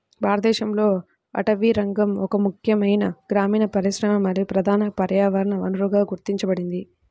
భారతదేశంలో అటవీరంగం ఒక ముఖ్యమైన గ్రామీణ పరిశ్రమ మరియు ప్రధాన పర్యావరణ వనరుగా గుర్తించబడింది